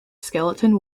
skeleton